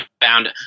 found